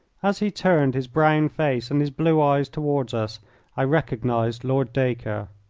as he turned his brown face and his blue eyes toward us i recognised lord dacre.